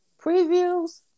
previews